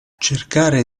cercare